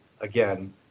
again